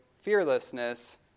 fearlessness